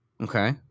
Okay